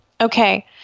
Okay